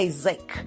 Isaac